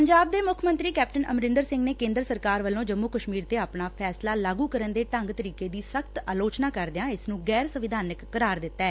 ਪੰਜਾਬ ਦੇ ਮੁੱਖ ਮੰਤਰੀ ਕੈਪਟਨ ਅਮਰਿੰਦਰ ਸਿੰਘ ਨੇ ਕੇਂਦਰ ਸਰਕਾਰ ਵੱਲੋਂ ਜੰਮੁ ਕਸ਼ਮੀਰ ਤੇ ਆਪਣਾ ਫੈਸਲਾ ਲਾਗੁ ਕਰਨ ਦੇ ਢੰਗ ਤਰੀਕੇ ਦੀ ਸ਼਼ਤ ਆਲੋਚਨਾ ਕਰਦਿਆਂ ਇਸ ਨੂੰ ਗੈਰ ਸੰਵਿਧਾਨਿਕ ਕਰਾਰ ਦਿੱਤੈ